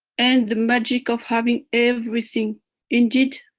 and the magic of having everything indeed.